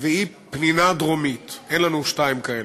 והיא פנינה דרומית, אין לנו שתיים כאלה.